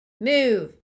Move